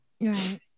Right